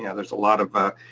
yeah there's a lot of a,